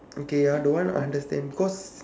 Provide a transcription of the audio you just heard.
okay ya that one I understand because